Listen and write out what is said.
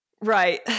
Right